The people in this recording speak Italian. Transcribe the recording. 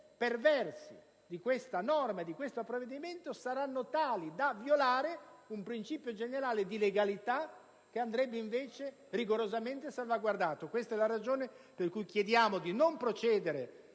perversi di questa norma e di questo provvedimento saranno tali da violare un principio generale di legalità, che andrebbe invece rigorosamente salvaguardato. Questa è la ragione per cui chiediamo di non procedere